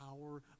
power